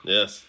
Yes